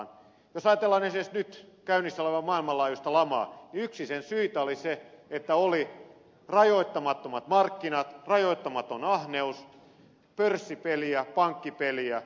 jos ajatellaan esimerkiksi nyt käynnissä olevaa maailmanlaajuista lamaa niin yksi sen syitä oli se että oli rajoittamattomat markkinat rajoittamaton ahneus pörssipeliä pankkipeliä